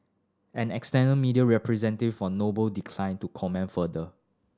an external media representative for Noble declined to comment further